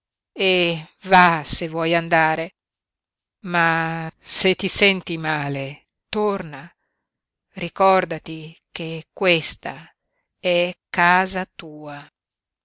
e va se vuoi andare ma se ti senti male torna ricordati che questa è casa tua